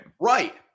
Right